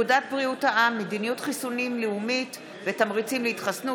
פקודת בריאות העם (מדיניות חיסונים לאומית ותמריצים להתחסנות),